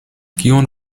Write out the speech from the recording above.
kion